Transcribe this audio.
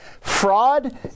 Fraud